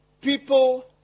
people